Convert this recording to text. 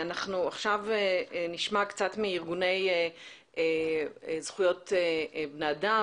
אנחנו עכשיו נשמע קצת מארגוני זכויות האדם